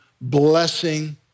blessing